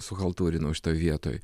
suchaltūrinau šitoj vietoj